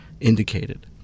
indicated